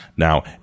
Now